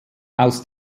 aus